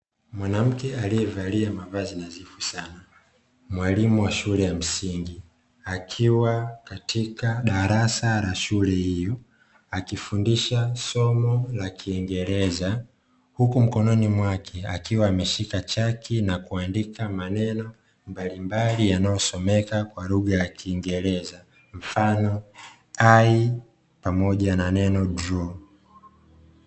Mwanamke aliyevalia mavazi nadhifu sana mwalimu wa shule ya msingi, akiwa katika darasa la shule hiyo akifundisha somo la kiingereza, huku mkononi mwake akiwa ameshika chaki na kuandika maneno mbalimbali yanayosomeka kwa lugha ya kiingereza mfano "i" pamoja na neno "draw".